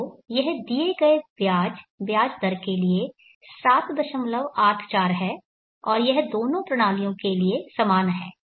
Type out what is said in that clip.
तो यह दिए गए ब्याज ब्याज दर के लिए 784 है और यह दोनों प्रणालियों के लिए समान है